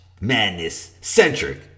Madness-centric